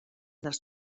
dels